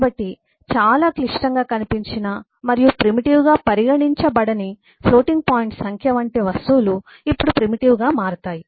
కాబట్టి చాలా క్లిష్టంగా కనిపించిన మరియు ప్రిమిటివ్ గా పరిగణించబడని ఫ్లోటింగ్ పాయింట్ సంఖ్య వంటి వస్తువులు ఇప్పుడు ప్రిమిటివ్ గా మారుతాయి